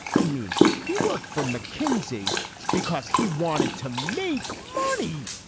i mean, he worked for mckinsey because he wanted to make money.